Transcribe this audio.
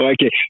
Okay